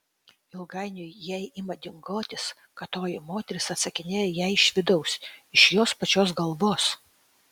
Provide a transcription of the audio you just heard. ilgainiui jai ima dingotis kad toji moteris atsakinėja jai iš vidaus iš jos pačios galvos